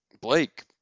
Blake